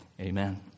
Amen